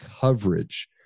coverage